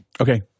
Okay